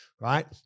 right